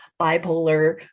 bipolar